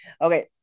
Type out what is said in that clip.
Okay